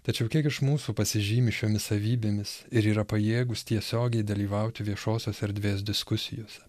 tačiau kiek iš mūsų pasižymi šiomis savybėmis ir yra pajėgūs tiesiogiai dalyvauti viešosios erdvės diskusijose